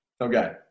Okay